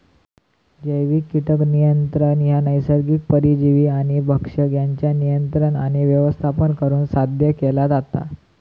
जैविक कीटक नियंत्रण ह्या नैसर्गिक परजीवी आणि भक्षक यांच्या नियंत्रण आणि व्यवस्थापन करुन साध्य केला जाता